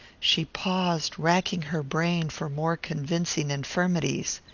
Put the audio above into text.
she paused, racking her brain for more convincing infirmities.